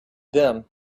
them